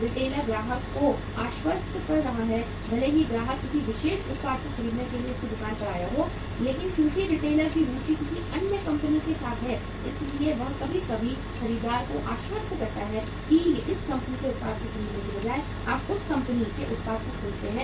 retailer ग्राहक को आश्वस्त कर रहा है भले ही ग्राहक किसी विशेष उत्पाद को खरीदने के लिए उसकी दुकान पर आया हो लेकिन चूंकि रिटेलर की रुचि किसी अन्य कंपनी के साथ है इसलिए वह कभी कभी खरीदार को आश्वस्त करता है कि इस कंपनी के उत्पाद को खरीदने के बजाय आप उस उत्पाद को खरीदते हैं